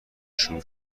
شروع